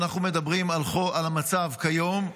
אנחנו מדברים על המצב כיום,